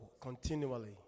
continually